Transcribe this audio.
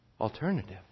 alternative